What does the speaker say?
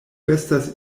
estas